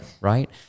Right